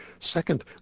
second